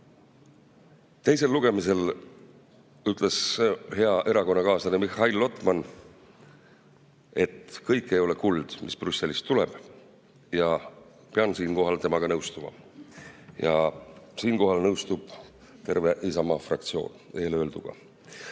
Teisel lugemisel ütles hea erakonnakaaslane Mihhail Lotman, et kõik ei ole kuld, mis Brüsselist tuleb. Pean siinkohal temaga nõustuma. Ja siinkohal nõustub terve Isamaa fraktsioon eelöelduga.